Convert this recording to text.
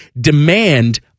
demand